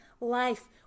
life